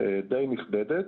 די נכבדת,